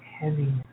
heaviness